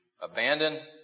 abandon